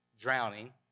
drowning